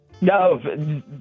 No